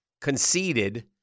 conceded –